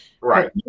Right